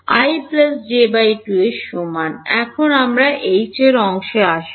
i j2 সমান এখন আমরা অংশে আসব